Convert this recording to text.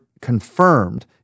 confirmed